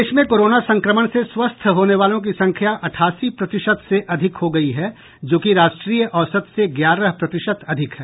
प्रदेश में कोरोना संक्रमण से स्वस्थ होने वालों की संख्या अठासी प्रतिशत से अधिक हो गई है जो कि राष्ट्रीय औसत से ग्यारह प्रतिशत अधिक है